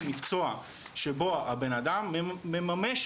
מקצוע שבו הבנאדם מממש,